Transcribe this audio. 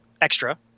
extra